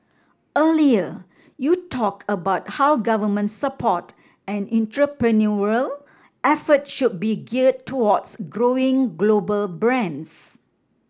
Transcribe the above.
earlier you talked about how government support and entrepreneurial effort should be geared towards growing global brands